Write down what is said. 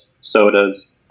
sodas